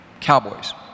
cowboys